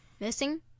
Missing